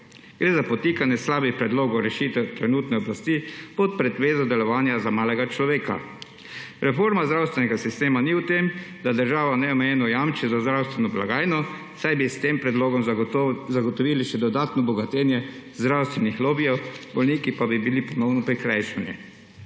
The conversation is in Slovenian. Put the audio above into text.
Gre za podtikanje slabih predlogov rešitev trenutni oblasti pod pretvezo delovanja za malega človeka. Reforma zdravstvenega sistema ni v tem, da država neomejeno jamči za zdravstveno blagajno, saj bi s tem predlogom zagotovili še dodatno bogatenje zdravstvenih lobijev, bolniki pa bi bili ponovno prikrajšani.